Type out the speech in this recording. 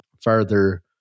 further